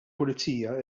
pulizija